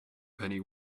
penny